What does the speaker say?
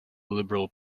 liberal